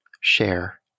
share